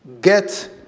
Get